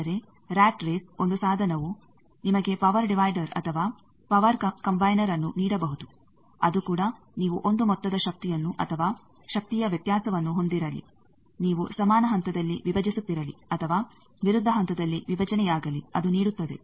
ಆದರೆ rat race ಒಂದು ಸಾಧನವು ನಿಮಗೆ ಪವರ್ ಡಿವೈಡರ್ ಅಥವಾ ಪವರ್ ಕಂಬೈನರ್ಅನ್ನು ನೀಡಬಹುದು ಅದು ಕೂಡ ನೀವು ಒಂದು ಮೊತ್ತದ ಶಕ್ತಿಯನ್ನು ಅಥವಾ ಶಕ್ತಿಯ ವ್ಯತ್ಯಾಸವನ್ನು ಹೊಂದಿರಲಿ ನೀವು ಸಮಾನ ಹಂತದಲ್ಲಿ ವಿಭಜಿಸುತ್ತಿರಲಿ ಅಥವಾ ವಿರುದ್ಧ ಹಂತದಲ್ಲಿ ವಿಭಜನೆಯಾಗಲಿ ಅದು ನೀಡುತ್ತದೆ